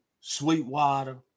Sweetwater